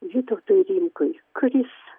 vytautui rimkui kuris